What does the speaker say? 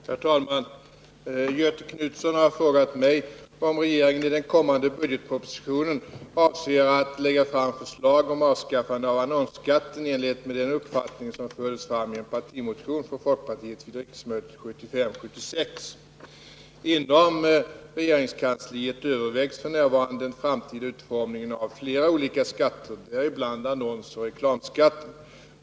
Herr talman! Göthe Knutson har frågat mig om regeringen i den kommande budgetpropositionen avser att lägga fram förslag om avskaffande av annonsskatten i enlighet med den uppfattning som fördes fram i en partimotion från folkpartiet vid riksmötet 19757/76. Inom regeringskansliet övervägs f. n. den framtida utformningen av flera olika skatter, däribland annonsoch reklamskatten.